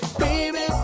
baby